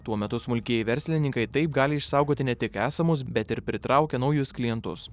tuo metu smulkieji verslininkai taip gali išsaugoti ne tik esamus bet ir pritraukia naujus klientus